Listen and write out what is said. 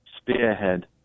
spearhead